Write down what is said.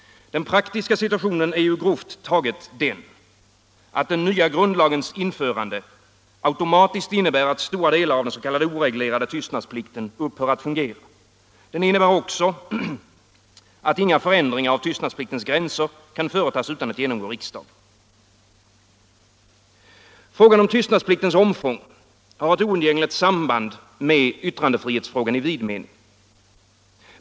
Den praktiska situationen är ju grovt taget den, att den nya grundlagens införande automatiskt innebär att stora delar av den s.k. oreglerade tystnadsplikten upphör att fungera. Den innebär också att inga förändringar av tystnadspliktens gränser kan företas utan att genomgå riksdagen. Frågan om tystnadspliktens omfång har för det första ett oundgängligt samband med yttrandefrihetsfrågan i vid mening.